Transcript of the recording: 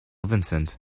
vincent